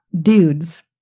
dudes